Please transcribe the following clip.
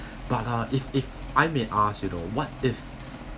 but uh if if I may ask you know what if